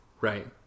Right